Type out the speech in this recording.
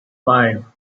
five